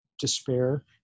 despair